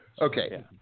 Okay